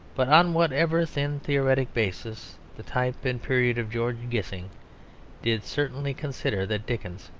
but on whatever thin theoretic basis, the type and period of george gissing did certainly consider that dickens,